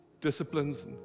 disciplines